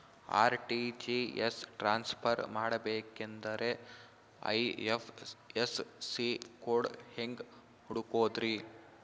RTGS transfer ಮಾಡಬೇಕೆಂದರೆ IFSC code ಹೆಂಗ್ ಹುಡುಕೋದ್ರಿ?